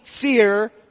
fear